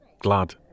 Glad